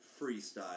freestyle